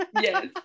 yes